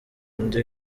undi